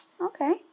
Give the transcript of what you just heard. Okay